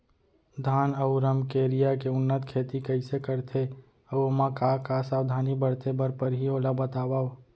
धान अऊ रमकेरिया के उन्नत खेती कइसे करथे अऊ ओमा का का सावधानी बरते बर परहि ओला बतावव?